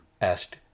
asked